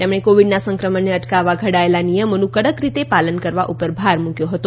તેમણે કોવીડના સંક્રમણને અટકાવવા ઘડાયેલા નિયમોનું કડક રીતે પાલન કરવા ઉપર ભાર મૂક્યો હતો